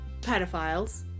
pedophiles